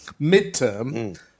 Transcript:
midterm